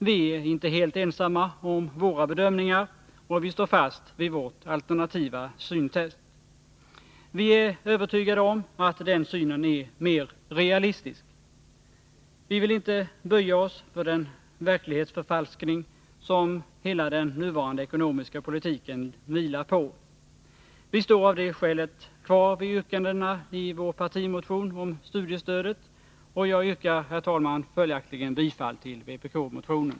Vi är inte helt ensamma om våra bedömningar, och vi står fast vid vårt alternativa synsätt. Vi är övertygade om att den synen är mer realistisk. Vi vill inte böja oss för den verklighetsförfalskning som hela den nuvarande ekonomiska politiken vilar på. Vi står av det skälet kvar vid yrkandena i vår partimotion om studiestödet. Jag yrkar, herr talman, följaktligen bifall till vpkmotionen.